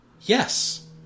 yes